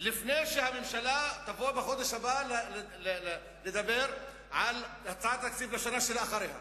לפני שהממשלה תבוא בחודש הבא לדבר על הצעת התקציב של השנה שלאחריה,